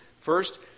First